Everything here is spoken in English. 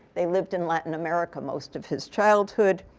they lived in latin america most of his childhood.